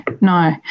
no